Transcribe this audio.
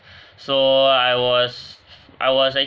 so I was I was